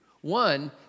One